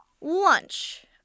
Lunch